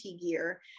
gear